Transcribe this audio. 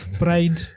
pride